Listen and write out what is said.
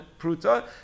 pruta